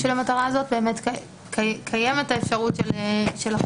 בשביל המטרה הזאת קיימת האפשרות של החריג.